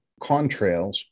contrails